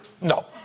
No